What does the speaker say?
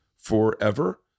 forever